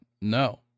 no